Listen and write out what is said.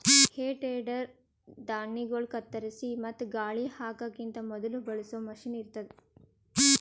ಹೇ tedder ಧಾಣ್ಣಿಗೊಳ್ ಕತ್ತರಿಸಿ ಮತ್ತ ಗಾಳಿ ಹಾಕಕಿಂತ ಮೊದುಲ ಬಳಸೋ ಮಷೀನ್ ಇರ್ತದ್